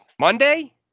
Monday